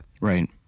Right